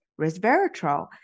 resveratrol